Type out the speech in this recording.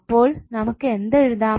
അപ്പോൾ നമുക്കു എന്ത് എഴുതാം